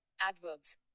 adverbs